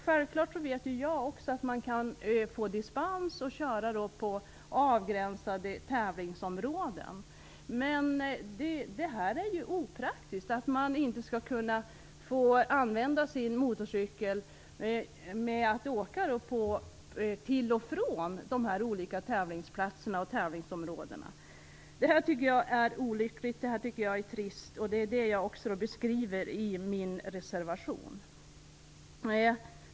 Självfallet vet jag att man kan få dispens för att köra på avgränsade tävlingsområden. Men det är opraktiskt att inte kunna få använda sin motorcykel för att åka till och från de olika tävlingsområdena. Det här tycker jag är olyckligt och trist, och det är det som jag också beskriver i min reservation.